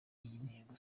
ntego